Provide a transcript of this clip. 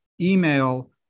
Email